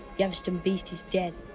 the haverston beast is dead,